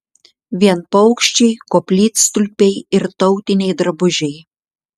vien paukščiai koplytstulpiai ir tautiniai drabužiai